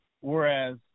whereas